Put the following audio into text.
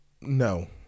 No